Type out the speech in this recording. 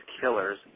killers